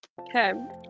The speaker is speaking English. okay